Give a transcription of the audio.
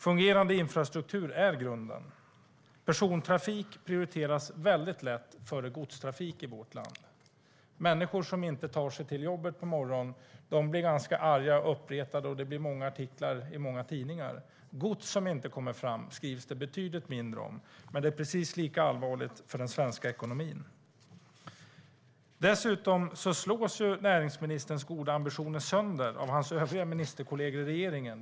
Fungerande infrastruktur är grunden. Persontrafik prioriteras väldigt lätt före godstrafik i vårt land. Människor som inte tar sig till jobbet på morgonen blir arga och uppretade, och det blir många artiklar i tidningarna. Gods som inte kommer fram skrivs det betydligt mindre om, men det är precis lika allvarligt för den svenska ekonomin. Dessutom slås näringsministerns goda ambitioner sönder av hans ministerkollegor i regeringen.